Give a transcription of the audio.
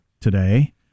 today